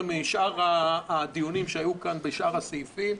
משאר הדיונים שהיו כאן בשאר הסעיפים,